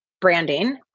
branding